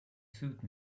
suit